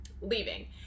leaving